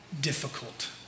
difficult